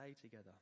together